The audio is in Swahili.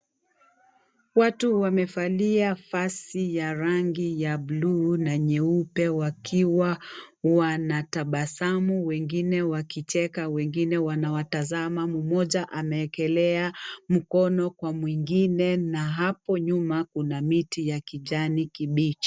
Watu wamevalia vazi ya rangi ya buluu na nyeupe wakiwa wanatabasamu. Wengine wakicheka, wengine wanawatazama. Mmoja amewekelea mkono kwa mwingine na hapo nyuma, kuna miti ya kijani kibichi.